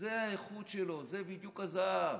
זה האיכות שלו, זה בדיוק הזהב.